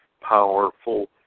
powerful